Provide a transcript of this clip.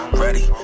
ready